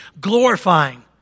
Glorifying